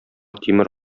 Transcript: тимер